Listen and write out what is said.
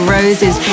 Rose's